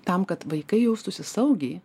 tam kad vaikai jaustųsi saugiai